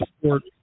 support